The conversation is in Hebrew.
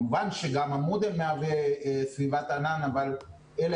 כמובן שגם המודל מהווה סביבת ענן אבל אלה